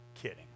kidding